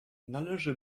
należy